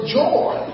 joy